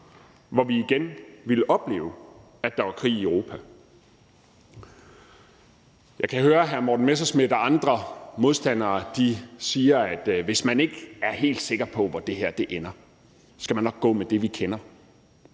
hvor vi igen ville opleve, at der var krig i Europa. Jeg kan høre, at hr. Morten Messerschmidt og andre modstandere siger, at hvis man ikke er helt sikker på, hvor det her ender, skal man nok gå med det, vi kender.